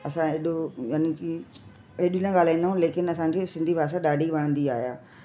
असां एॾो यानी की एॾी न ॻाल्हाईंदा आहियूं लेकिन असांजी सिंधी भाषा ॾाढी वणंदी आहे